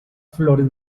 flores